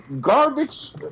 Garbage